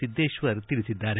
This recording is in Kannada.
ಸಿದ್ದೇತ್ವರ್ ತಿಳಿಸಿದ್ದಾರೆ